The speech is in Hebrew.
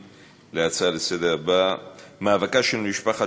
ההצעה לסדר-היום הבאה היא: מאבקה של משפחת